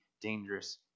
dangerous